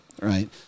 Right